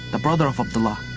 the brother of abdullah,